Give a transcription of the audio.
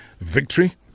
victory